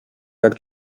jak